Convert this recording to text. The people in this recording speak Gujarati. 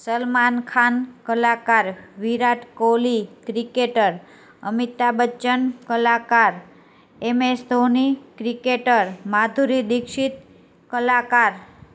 સલમાન ખાન કલાકાર વિરાટ કોહલી ક્રિકેટર અમિતાભ બચ્ચન કલાકાર એમ એસ ધોની ક્રિકેટર માધુરી દીક્ષિત કલાકાર